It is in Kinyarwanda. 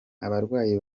abarwayi